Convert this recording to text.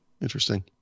interesting